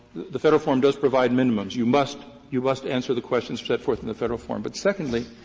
the federal form does provide minimums. you must you must answer the questions set forth in the federal form. but secondly,